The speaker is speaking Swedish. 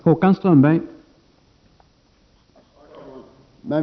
Herr talman!